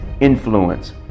influence